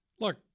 Look